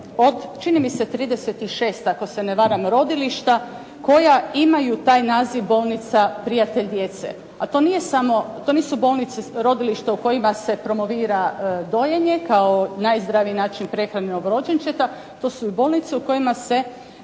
varam rodilišta koja imaju taj naziv “Bolnica prijatelj djece“. A to nije samo, to nisu bolnice, rodilišta u kojima se promovira dojenje kao najzdraviji način prehrane novorođenčeta. To su i bolnice u kojima se